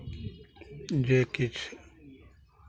जे किछु